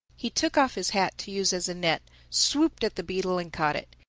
he took off his hat to use as a net, swooped at the beetle and caught it.